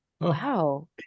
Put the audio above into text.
wow